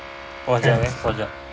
pause jap eh pause jap